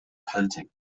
panting